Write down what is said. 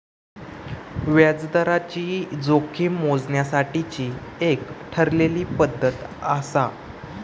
व्याजदराची जोखीम मोजण्यासाठीची एक ठरलेली पद्धत आसा